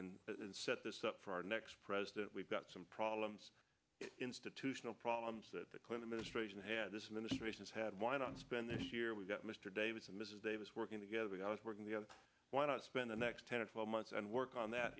together and set this up for our next president we've got some problems institutional problems that the clinton ministration had this administration's had why not spend this year we've got mr davis and mrs davis working together and i was working the other why not spend the next ten or twelve months and work on that